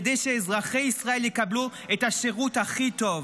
כדי שאזרחי ישראל יקבלו את השירות הכי טוב.